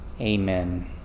Amen